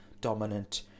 dominant